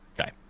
okay